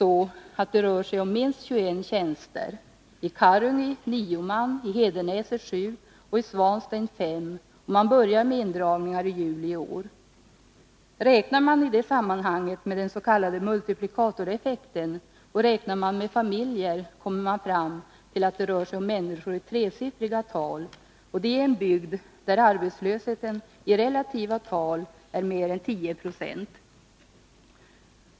På sikt rör det sig om minst 21 tjänster —-i Karungi 9, i Hedenäset 7 och i Svanstein 5. Man börjar göra indragningar i juli i år. Räknar man i det sammanhanget med den s.k. multiplikatoreffekten och räknar man med familjer, kommer man fram till att det rör sig om tresiffriga tal, och det i en bygd där arbetslösheten i relativa tal är mer än 10 90.